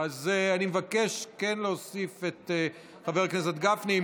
מבקש כן להוסיף את חבר הכנסת גפני.